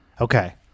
Okay